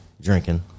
drinking